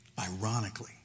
Ironically